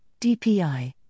DPI